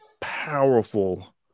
powerful